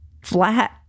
flat